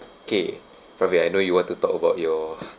okay prabi I know you want to talk about your